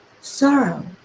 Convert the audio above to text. sorrow